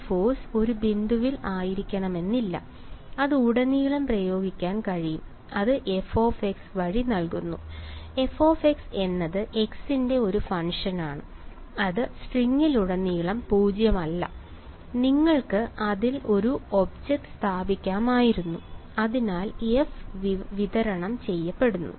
ആ ഫോഴ്സ് ഒരു ബിന്ദുവിൽ ആയിരിക്കണമെന്നില്ല അത് ഉടനീളം പ്രയോഗിക്കാൻ കഴിയും അത് f വഴി നൽകുന്നു f എന്നത് x ന്റെ ഒരു ഫംഗ്ഷനാണ് അത് സ്ട്രിംഗിലുടനീളം പൂജ്യമല്ല നിങ്ങൾക്ക് അതിൽ ഒരു ഒബ്ജക്റ്റ് സ്ഥാപിക്കാമായിരുന്നു അതിനാൽ f വിതരണം ചെയ്യപ്പെടുന്നു